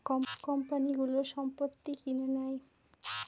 কোম্পানিগুলো সম্পত্তি কিনে নেয়